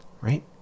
Right